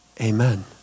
Amen